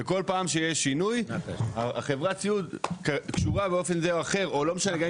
בכל פעם שיש שינוי חברת הסיעוד קשורה באופן זה או אחר; גם אם